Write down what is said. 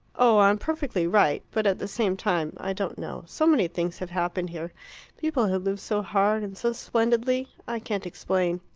oh, i'm perfectly right. but at the same time i don't know so many things have happened here people have lived so hard and so splendidly i can't explain.